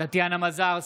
טטיאנה מזרסקי,